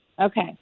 Okay